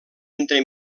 entre